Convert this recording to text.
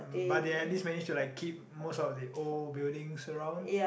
but they at least manage to like keep most of the old buildings around